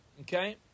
Okay